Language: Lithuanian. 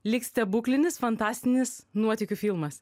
lyg stebuklinis fantastinis nuotykių filmas